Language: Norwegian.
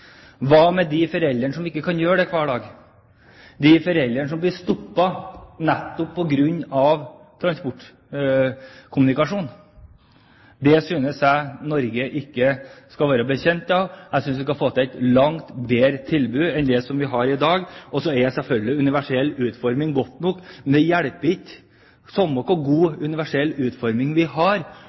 Hva med de foreldrene som ikke kan gjøre det hver dag – de foreldrene som blir stoppet nettopp på grunn av transport/kommunikasjon? Det synes jeg ikke Norge skal være bekjent av. Jeg synes vi skal få til et langt bedre tilbud enn det vi har i dag. Så er selvfølgelig universell utforming vel og bra, men det hjelper ikke hvor god universell utforming vi har,